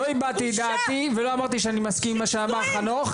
לא הבעתי את דעתי ולא אמרתי שאני מסכים עם מה שאמר חנוך,